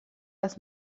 das